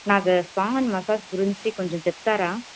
నాకు spa and massage గురించి కొంచెం చెప్తారా